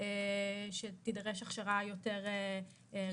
שתידרש הכשרה יותר רצינית.